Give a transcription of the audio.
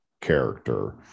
character